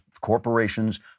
corporations